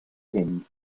hymn